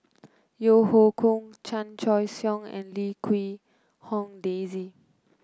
Yeo Hoe Koon Chan Choy Siong and Lim Quee Hong Daisy